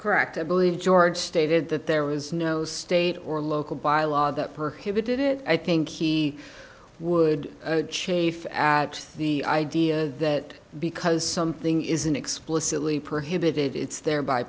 correct i believe george stated that there was no state or local by law that prohibited it i think he would chafe at the idea that because something isn't explicitly prohibited it's thereby